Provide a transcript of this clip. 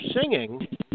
singing